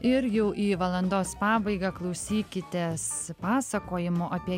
ir jau į valandos pabaigą klausykitės pasakojimo apie